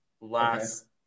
last